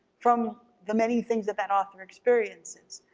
from the many things that that author experiences.